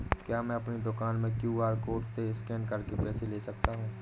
क्या मैं अपनी दुकान में क्यू.आर कोड से स्कैन करके पैसे ले सकता हूँ?